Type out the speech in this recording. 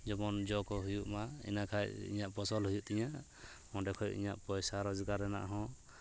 ᱡᱮᱢᱚᱱ ᱡᱚ ᱠᱚ ᱦᱩᱭᱩᱜ ᱢᱟ ᱤᱱᱟᱹᱠᱷᱟᱱ ᱤᱧᱟᱹᱜ ᱯᱷᱚᱥᱚᱞ ᱦᱩᱭᱩᱜ ᱛᱤᱧᱟᱹ ᱚᱸᱰᱮ ᱠᱷᱚᱱ ᱤᱧᱟᱹᱜ ᱯᱚᱭᱥᱟ ᱨᱚᱡᱽᱜᱟᱨ ᱨᱮᱱᱟᱜ ᱦᱚᱸ